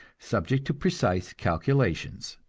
subject to precise calculations.